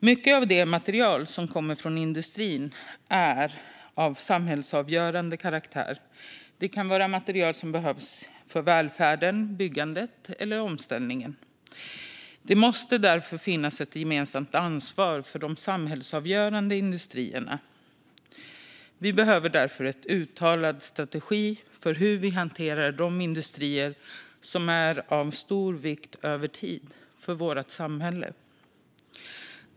Mycket av det material som kommer från industrin är av samhällsavgörande karaktär. Det kan vara material som behövs för välfärden, byggandet eller omställningen. Det måste därför finnas ett gemensamt ansvar för de samhällsavgörande industrierna. Vi behöver därför en uttalad strategi för hur vi hanterar de industrier som över tid är av stor vikt för vårt samhälle.